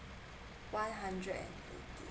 one hundred and eighty